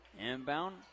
Inbound